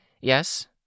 yes